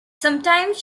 sometimes